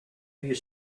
you